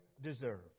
deserve